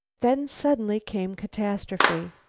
then, suddenly came catastrophe.